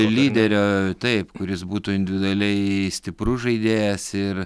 lyderio taip kuris būtų individualiai stiprus žaidėjas ir